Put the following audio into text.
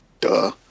duh